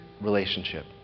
relationship